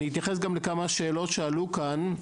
אני אתייחס גם לכמה שאלות שעלו כאן.